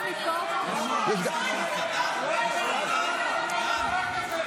--- (קורא בשם חבר הכנסת)